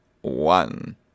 one